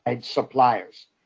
suppliers